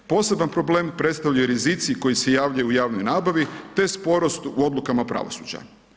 Posebni problem, predstavljaju rizici koji se javljaju u javnoj nabavi te sporost u odlukama pravosuđa.